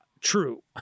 true